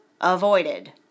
avoided